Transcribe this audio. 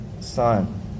son